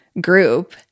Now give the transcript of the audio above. group